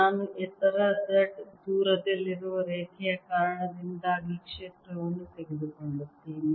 ನಾನು ಎತ್ತರ z ದೂರದಲ್ಲಿರುವ ರೇಖೆಯ ಕಾರಣದಿಂದಾಗಿ ಕ್ಷೇತ್ರವನ್ನು ತೆಗೆದುಕೊಳ್ಳುತ್ತೇನೆ